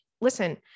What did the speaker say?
listen